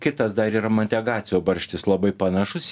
kitas dar yra mategacio barštis labai panašus